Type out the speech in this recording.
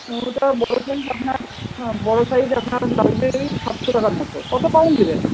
তো ওটা বড়ো সাইজ আপনার বড়ো সাইজ আপনার লাগবে ঐ সাতশো টাকার মতো কত পাউন্ড নেবেন